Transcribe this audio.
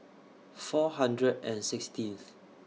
four hundred and sixteenth